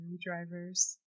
drivers